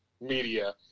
media